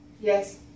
Yes